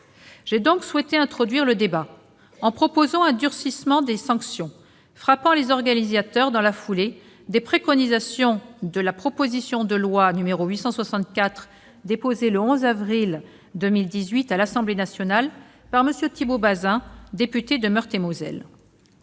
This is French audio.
J'ai donc souhaité introduire le débat en proposant un durcissement des sanctions frappant les organisateurs, dans la foulée des préconisations de la proposition de loi n° 864 déposée le 11 avril 2018 à l'Assemblée nationale par M. Thibault Bazin, député de Meurthe-et-Moselle.